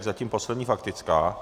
Zatím poslední faktická.